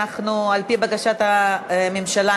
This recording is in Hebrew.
על-פי בקשת הממשלה,